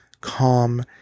calm